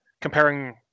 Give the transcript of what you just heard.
comparing